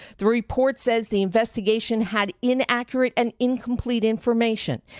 the report says the investigation had inaccurate and incomplete information,